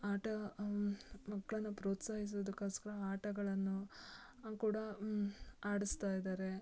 ಆಟ ಮಕ್ಕಳನ್ನ ಪ್ರೋತ್ಸಾಹಿಸೋದಕ್ಕೋಸ್ಕರ ಆಟಗಳನ್ನು ಕೂಡ ಆಡಿಸ್ತಾ ಇದ್ದಾರೆ